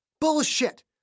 Bullshit